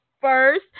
First